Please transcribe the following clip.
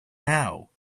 now